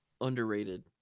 Underrated